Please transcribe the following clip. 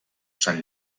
sant